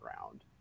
round